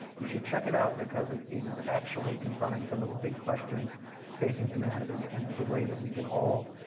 you should check it out because it it is actually confronting some of the big questions facing humanity, and is a way that we can all,